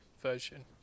version